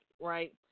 right